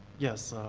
yes,